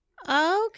Okay